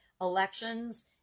elections